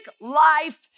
life